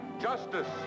justice